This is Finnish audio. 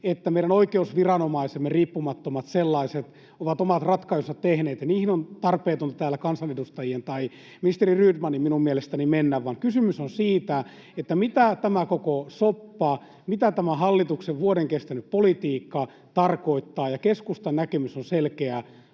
että meidän oikeusviranomaisemme, riippumattomat sellaiset, ovat omat ratkaisunsa tehneet, ja niihin on tarpeetonta täällä kansanedustajien tai ministeri Rydmanin minun mielestäni mennä, vaan kysymys on siitä, mitä tämä koko soppa, mitä tämä hallituksen vuoden kestänyt politiikkaa tarkoittaa. Ja keskustan näkemys on selkeä: